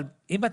אבל אם אתה